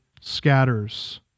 scatters